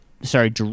Sorry